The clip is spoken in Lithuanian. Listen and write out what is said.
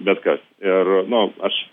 bet kas ir nu aš